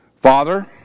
Father